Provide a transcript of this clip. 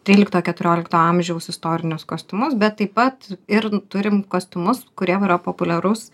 trylikto keturiolikto amžiaus istorinius kostiumus bet taip pat ir turim kostiumus kurie yra populiarus